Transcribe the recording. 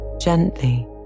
gently